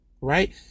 right